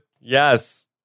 Yes